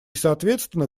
соответственно